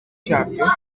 cyabyo